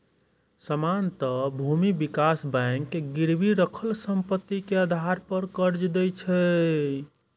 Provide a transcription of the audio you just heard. सामान्यतः भूमि विकास बैंक गिरवी राखल संपत्ति के आधार पर कर्ज दै छै